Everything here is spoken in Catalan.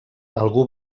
algú